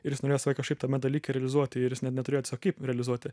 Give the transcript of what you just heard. ir jis norėjo save kažkaip tame dalyke realizuoti ir jis ne neturėjo tiesiog kaip realizuoti